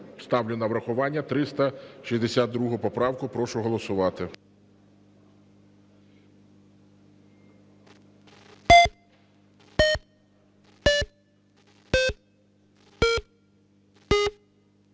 ставлю на врахування 362 поправку. Прошу голосувати.